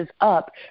up